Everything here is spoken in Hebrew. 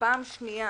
דבר שני,